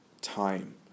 time